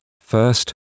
first